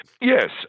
Yes